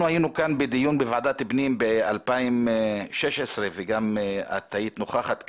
אנחנו היינו כאן בדיון בוועדת הפנים ב-2016 ואת היית נוכחת בו.